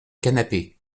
canapé